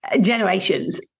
generations